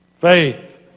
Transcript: Faith